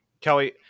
Kelly